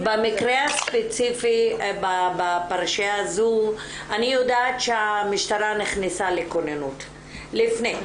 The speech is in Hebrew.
במקרה הספציפי בפרשיה הזו אני יודעת שהמשטרה נכנסה לכוננות לפני.